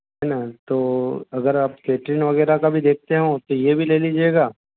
है ना तो अगर आप कैटरिन वगैरह का भी देखते हों तो यह भी ले लीजियेगा